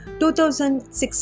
2006